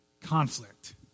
conflict